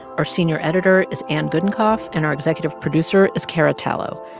our senior editor is anne gudenkauf, and our executive producer is cara tallo.